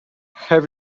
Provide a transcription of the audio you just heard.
have